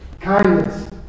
kindness